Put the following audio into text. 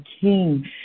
king